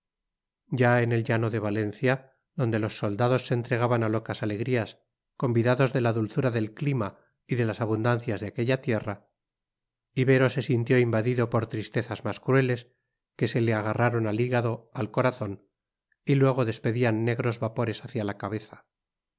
ya en el llano de valencia donde los soldados se entregaban a locas alegrías convidados de la dulzura del clima y de las abundancias de aquella tierra ibero se sintió invadido por tristezas más crueles que se le agarraron al hígado al corazón y luego despedían negros vapores hacia la cabeza